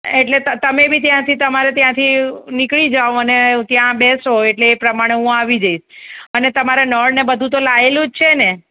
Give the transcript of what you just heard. એટલે તમે બી ત્યાંથી તમારે ત્યાંથી નીકળી જાવ અને ત્યાં બેસો એટલે એ પ્રમાણે હું આવી જઈશ અને તમારે નળ ને બધું તો લાવેલું જ છે ને